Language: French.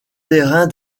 terrain